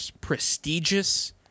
prestigious